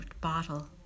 bottle